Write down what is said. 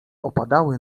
opadały